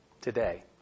today